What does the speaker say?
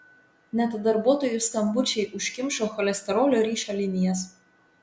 net darbuotojų skambučiai užkimšo cholesterolio ryšio linijas